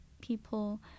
people